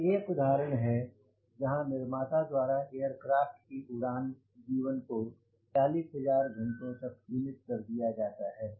यह एक उदाहरण है जहाँ निर्माता द्वारा एयरक्राफ़्ट की उड़ान जीवन को 40000 घंटों तक सीमित कर दिया है